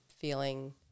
feeling